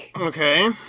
Okay